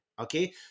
Okay